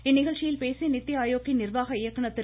இந்நிகழ்ச்சியில் பேசிய நித்தி ஆயோக்கின் நிர்வாக இயக்குநர் திரு